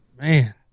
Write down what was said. Man